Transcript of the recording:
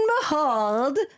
behold